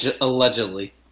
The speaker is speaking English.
Allegedly